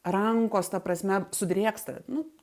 rankos ta prasme sudrėksta nu